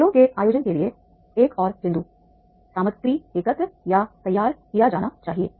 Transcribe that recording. खेलों के आयोजन के लिए एक और बिंदु सामग्री एकत्र या तैयार किया जाना चाहिए